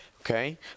Okay